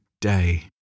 day